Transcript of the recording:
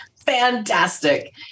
Fantastic